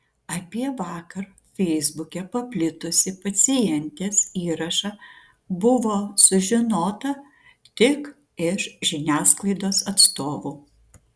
apie vakar feisbuke paplitusį pacientės įrašą buvo sužinota tik iš žiniasklaidos atstovų